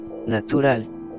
natural